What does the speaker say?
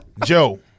Joe